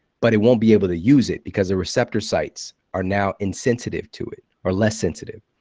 but it won't be able to use it because the receptor sites are now insensitive to it or less sensitive.